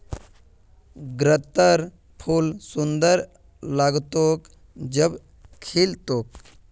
गत्त्रर फूल सुंदर लाग्तोक जब खिल तोक